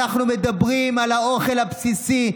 אנחנו מדברים על האוכל הבסיסי.